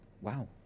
wow